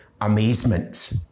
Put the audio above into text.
amazement